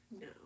No